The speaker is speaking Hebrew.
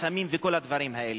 בסמים ובכל הדברים האלה,